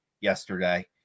yesterday